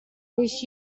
this